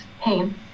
pain